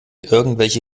irgendwelche